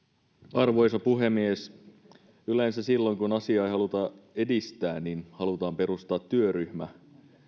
arvoisa puhemies yleensä silloin kun asiaa ei haluta edistää halutaan perustaa työryhmä